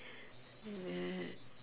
hmm